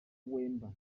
wemba